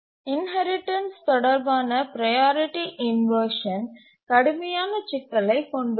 inheritance தொடர்பான priority inversion கடுமையான சிக்கலைக் கொண்டுள்ளது